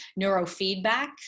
neurofeedback